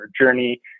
journey